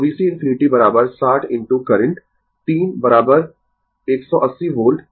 तो VC ∞ 60 into current 3 180 volt